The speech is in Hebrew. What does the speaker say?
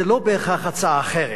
זה לא בהכרח הצעה אחרת.